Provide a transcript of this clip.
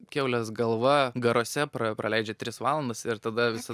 kiaulės galva garuose pra praleidžia tris valandas ir tada visa